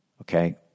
Okay